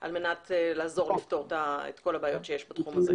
על מנת לעזור לפתור את כל הבעיות שיש בתחום הזה.